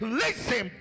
listen